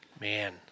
man